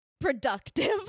productive